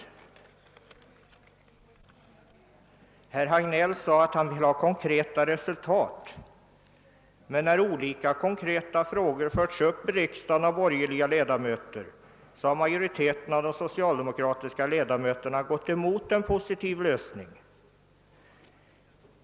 Slutligen sade herr Hagnell att han ville se konkreta resultat, men de exempel jag anfört visar att när olika konkreta frågor tagits upp här i riksdagen av borgerliga ledamöter har den socialdemokratiska majoriteten gått emot en positiv lösning.